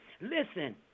listen